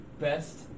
best